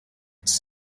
its